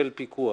פיקוח.